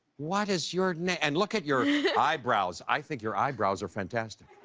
what is your and look at your eyebrows, i think your eyebrows are fantastic.